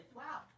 wow